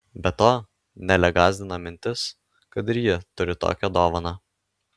be to nelę gąsdina mintis kad ir ji turi tokią dovaną